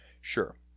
Sure